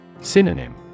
Synonym